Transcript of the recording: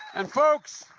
and, folks,